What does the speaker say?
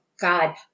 God